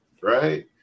right